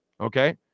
okay